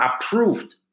approved